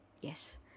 Yes